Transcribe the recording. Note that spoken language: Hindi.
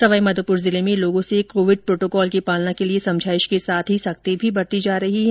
सवाई माधोपुर जिले में लोगों से कोविड प्रोटोकॉल की पालना के लिए समझाइश के साथ ही सख्ती बरती जा रही है